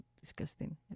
disgusting